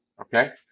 okay